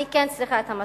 אני כן צריכה את המשט.